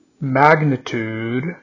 Magnitude